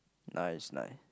now is like